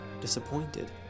disappointed